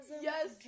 yes